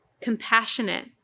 Compassionate